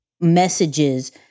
messages